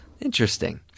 Interesting